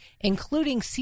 including